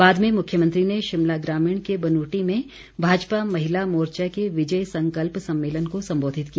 बाद में मुख्यमंत्री ने शिमला ग्रामीण के बनूटी में भाजपा महिला मोर्चा के विजय संकल्प सम्मेलन को संबोधित किया